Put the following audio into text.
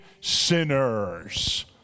sinners